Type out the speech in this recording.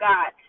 God